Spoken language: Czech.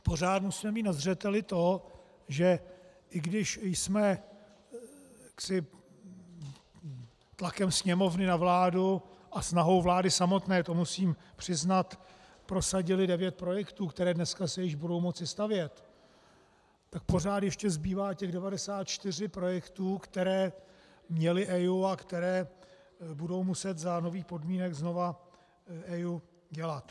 Pořád musíme mít na zřeteli to, že i když jsme tlakem Sněmovny na vládu a snahou vlády samotné, to musím přiznat, prosadili devět projektů, které se již dneska budou moci stavět, tak pořád ještě zbývá těch 94 projektů, které měly EIA a které budou muset za nových podmínek znovu EIA dělat.